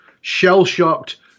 shell-shocked